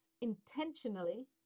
intentionally